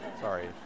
Sorry